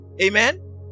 amen